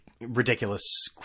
ridiculous